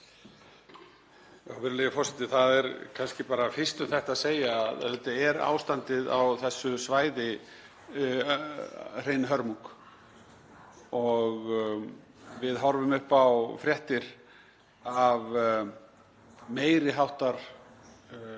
Það er kannski bara fyrst um þetta að segja að auðvitað er ástandið á þessu svæði hrein hörmung og við horfum upp á fréttir af meiri háttar flótta,